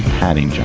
having